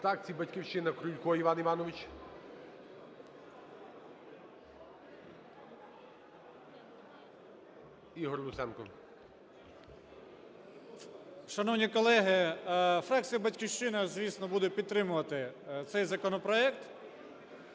Шановні колеги! Фракція "Батьківщина", звісно, буде підтримувати цей законопроект,